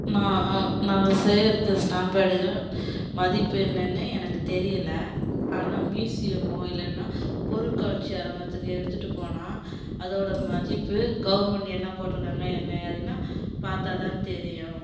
நான் நாங்கள் சேகரித்த ஸ்டாம்ப் பேடுகள் மதிப்பு என்னென்னு எனக்கு தெரியலை ஆனால் மியூஸியமோ இல்லைன்னா பொருட்காட்சி அரங்கத்துக்கு எடுத்துகிட்டுப் போனால் அதோட மதிப்பு கவுர்மெண்ட் என்ன போட்டிருக்காங்க என்ன ஏதுனால் பார்த்தா தான் தெரியும்